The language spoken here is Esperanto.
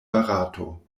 barato